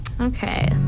okay